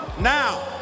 Now